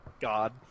god